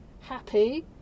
happy